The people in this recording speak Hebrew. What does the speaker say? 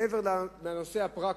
מעבר לנושא הפרקטי,